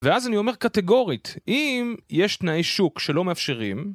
ואז אני אומר קטגורית, אם יש תנאי שוק שלא מאפשרים